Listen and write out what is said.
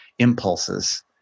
impulses